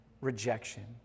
rejection